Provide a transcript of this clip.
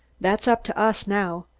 that's up to us now.